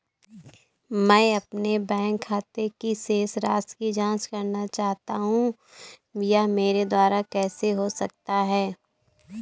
मैं अपने बैंक खाते की शेष राशि की जाँच करना चाहता हूँ यह मेरे द्वारा कैसे हो सकता है?